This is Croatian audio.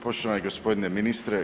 Poštovani gospodine ministre.